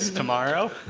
tomorrow.